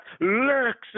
lurks